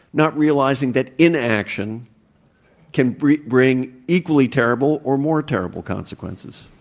not realizing that inaction can bring bring equally terrible or more terrible consequences.